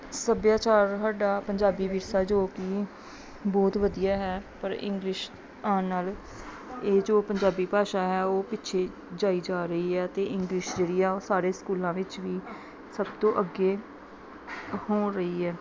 ਸੱਭਿਆਚਾਰ ਸਾਡਾ ਪੰਜਾਬੀ ਵਿਰਸਾ ਜੋ ਕਿ ਬਹੁਤ ਵਧੀਆ ਹੈ ਪਰ ਇੰਗਲਿਸ਼ ਆਉਣ ਨਾਲ ਇਹ ਜੋ ਪੰਜਾਬੀ ਭਾਸ਼ਾ ਹੈ ਉਹ ਪਿੱਛੇ ਜਾਈ ਜਾ ਰਹੀ ਹੈ ਅਤੇ ਇੰਗਲਿਸ਼ ਜਿਹੜੀ ਆ ਉਹ ਸਾਰੇ ਸਕੂਲਾਂ ਵਿੱਚ ਵੀ ਸਭ ਤੋਂ ਅੱਗੇ ਹੋ ਰਹੀ ਹੈ